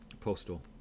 postal